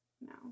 No